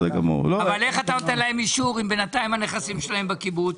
איך אתה נותן להם אישור אם בינתיים הנכסים שלהם בקיבוץ?